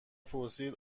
پرسید